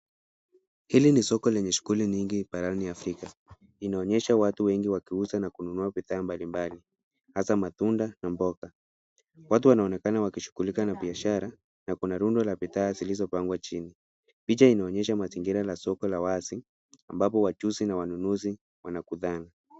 Hili ni soko lenye shughuli nyingi barani Afrika. Inaonyesha watu wengi wakiuza na kununua bidhaa mbalimbali hasa matunda na mboga. Watu wanaonekana wakishughulika na biashara na kuna rundo la bidhaa zilizopangwa chini. Picha inaonyesha mazingira la soko la wazi ambapo wachuuzi na wanunuzi wanakutana.